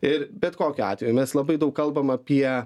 ir bet kokiu atveju mes labai daug kalbam apie